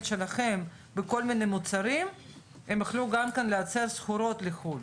שלכם בכל מיני מוצרים הם יוכלו גם לייצר סחורות לחו"ל?